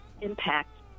impact